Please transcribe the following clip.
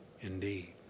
indeed